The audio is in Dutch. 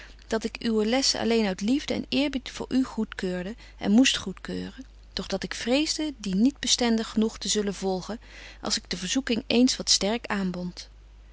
dat ik uwe lessen alleen uit liefde en eerbied voor u goedkeurde en moest goedkeuren doch dat ik vreesde die niet bestendig genoeg te zullen volgen als de verzoeking eens wat sterk aanbondt